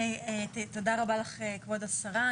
תודה רבה לך כבוד השרה.